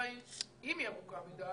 היא ארוכה מדי,